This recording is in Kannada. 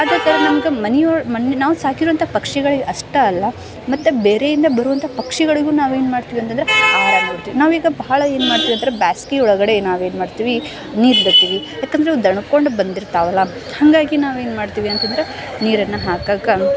ಅದೇ ಥರ ನಮ್ಮದು ಮನೆಯೊ ಮನೆ ನಾವು ಸಾಕಿರುವಂಥ ಪಕ್ಷಿಗಳು ಅಷ್ಟೇ ಅಲ್ಲ ಮತ್ತು ಬೇರೆಯಿಂದ ಬರುವಂಥ ಪಕ್ಷಿಗಳಿಗೂ ನಾವೇನು ಮಾಡ್ತೀವಿ ಅಂತಂದ್ರೆ ಆಹಾರ ಕೊಡ್ತೀವಿ ನಾವೀಗ ಬಹಳ ಏನು ಮಾಡ್ತೀವಿ ಅಂತಂದ್ರೆ ಬ್ಯಾಸ್ಗೆ ಒಳಗಡೆ ನಾವೇನು ಮಾಡ್ತೀವಿ ನೀರು ಇಡುತ್ತೀವಿ ಯಾಕೆಂದ್ರೆ ಅವು ದಣ್ಕೊಂಡು ಬಂದಿರ್ತಾವಲ್ಲ ಹಾಗಾಗಿ ನಾವೇನು ಮಾಡ್ತೀವಿ ಅಂತಂದ್ರೆ ನೀರನ್ನು ಹಾಕೋಕ್ಕೆ